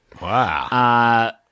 Wow